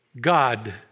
God